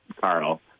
Carl